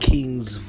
King's